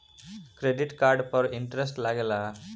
Credit card पर interest लागेला?